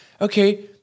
Okay